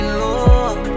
look